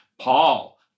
Paul